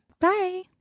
Bye